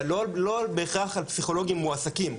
אבל לא בהכרח על פסיכולוגים מועסקים,